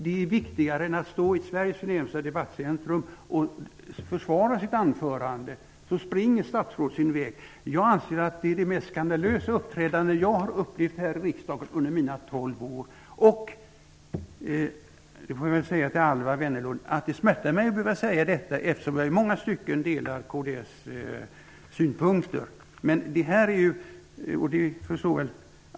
Det är viktigare än att stå i Sveriges förnämsta debattcentrum och försvara sitt anförande. Jag anser att det är det mest skandalösa uppträdande som jag har upplevt här i riksdagen under mina tolv år. Jag får säga till Alwa Wennerlund att det smärtar mig att behöva säga detta, eftersom jag i många stycken delar kds synpunkter.